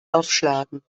aufschlagen